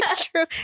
true